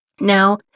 Now